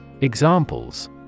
Examples